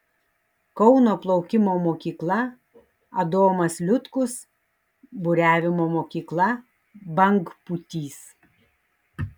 kauno plaukimo mokykla adomas liutkus buriavimo mokykla bangpūtys